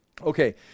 Okay